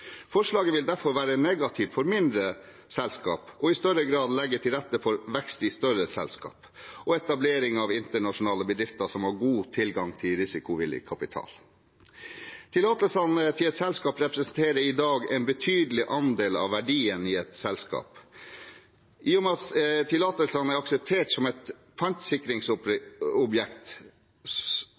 Forslaget vil derfor være negativt for mindre selskaper og i større grad legge til rette for vekst i større selskaper og etablering av internasjonale bedrifter som har god tilgang til risikovillig kapital. Tillatelsene til et selskap representerer i dag en betydelig andel av verdien i selskapet. I og med at tillatelsene er akseptert som et